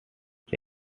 ski